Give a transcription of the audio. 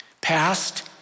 past